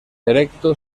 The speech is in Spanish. erecto